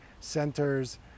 centers